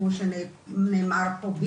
כמו שנאמר פה,